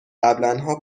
قبلاًها